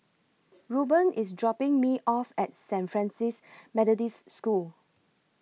Ruben IS dropping Me off At Saint Francis Methodist School